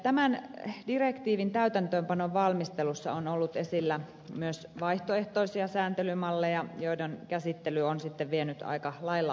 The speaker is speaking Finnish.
tämän direktiivin täytäntöönpanon valmistelussa on ollut esillä myös vaihtoehtoisia sääntelymalleja joiden käsittely on sitten vienyt aika lailla aikaa